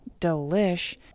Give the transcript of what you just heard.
Delish